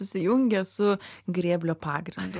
susijungia su grėblio pagrindu